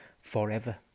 forever